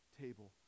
table